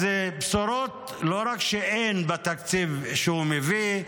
אז לא רק שאין בשורות בתקציב שהוא מביא,